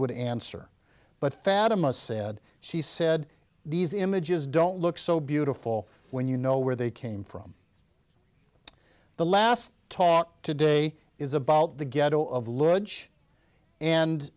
would answer but fatima said she said these images don't look so beautiful when you know where they came from the last talk today is about the ghetto of large and